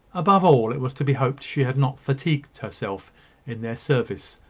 above all, it was to be hoped she had not fatigued herself in their service.